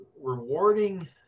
rewarding